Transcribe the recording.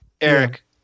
Eric